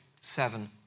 seven